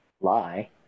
lie